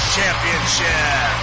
Championship